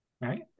right